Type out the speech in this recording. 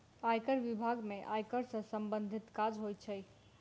आयकर बिभाग में आयकर सॅ सम्बंधित काज होइत छै